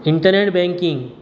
internet banking